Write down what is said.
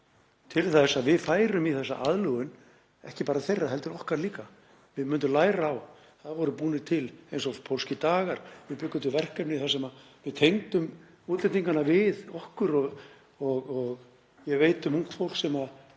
til þess að við færum í þessa aðlögun, ekki bara þeirra heldur okkar líka, að við myndum læra. Það voru t.d. haldnir pólskir dagar. Við bjuggum til verkefni þar sem við tengdum útlendingana við okkur og ég veit um ungt fólk sem